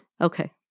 Okay